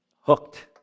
hooked